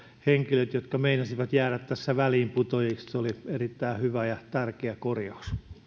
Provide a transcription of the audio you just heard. henkilöt jotka meinasivat jäädä väliinputoajiksi se oli erittäin hyvä ja tärkeä korjaus